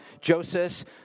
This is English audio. Joseph